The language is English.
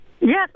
Yes